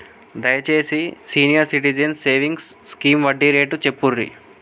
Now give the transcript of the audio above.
దయచేసి senior citizens savings scheme వడ్డీ rate చెప్పుర్రి